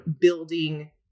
building